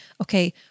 okay